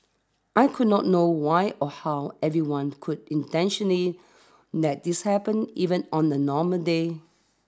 I wouldn't know why or how anyone would intentionally let this happen even on a normal day